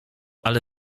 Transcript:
ale